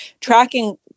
tracking